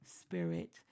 spirit